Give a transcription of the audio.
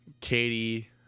Katie